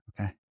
Okay